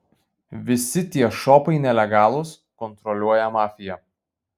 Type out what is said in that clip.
visi tie šopai nelegalūs kontroliuoja mafija